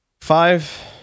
Five